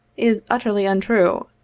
is utterly untrue.